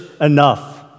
enough